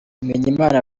bimenyimana